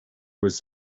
was